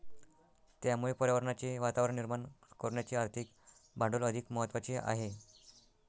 त्यामुळे पर्यावरणाचे वातावरण निर्माण करण्याचे आर्थिक भांडवल अधिक महत्त्वाचे आहे